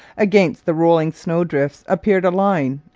against the rolling snowdrifts appeared a line,